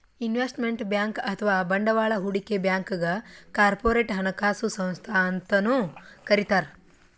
investment bank ಅಥವಾ ಬಂಡವಾಳ್ ಹೂಡಿಕೆ ಬ್ಯಾಂಕ್ಗ್ ಕಾರ್ಪೊರೇಟ್ ಹಣಕಾಸು ಸಂಸ್ಥಾ ಅಂತನೂ ಕರಿತಾರ್